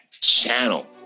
channel